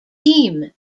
team